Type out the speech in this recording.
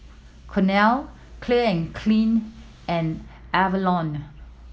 Cornell Clean and Clear and Avalon